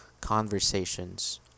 conversations